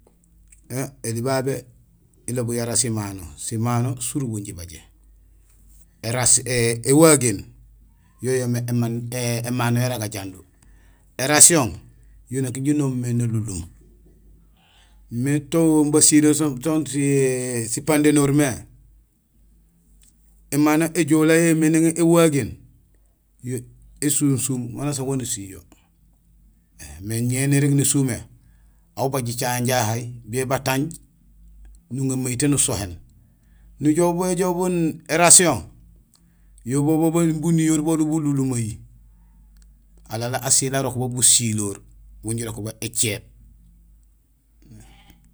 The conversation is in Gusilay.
Ēli babé; ilobul yara simano. Simano surubo jibajé: éwagéén yo yoomé émano yara gajandu, érasihon yo nang jinoom ém nalunlum. Mais ton basilé ton sipandénoor mé; émano éjoolay yoomé nang éwagéén yo sunsum manusaan maan usiil yo. Mais ñé nérég nésumé; aw ubaaj jicaŋéén jahay ou bien batanj nuŋa mayitee nusohéén. Nujoow béjoow bun érasihon yo bo buniwoor bolul bulunlumeey; alaal asiil arok bo busiloor; bugul jirok bo écééb.